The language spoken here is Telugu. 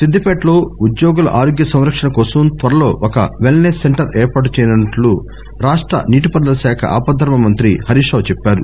సిద్దిపేటలో ఉద్యోగుల ఆరోగ్య సంరక్షణ కోసం త్వరలో ఒక వెల్నెస్ సెంటర్ ఏర్పాటు చేయనున్నట్లు రాష్ట నీటి పారుదల శాఖ ఆపద్దర్మ మంత్రి హరీష్రావు చెప్పారు